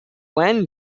when